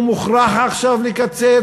הוא מוכרח עכשיו לקצץ,